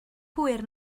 hwyr